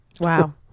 Wow